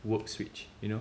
work switch you know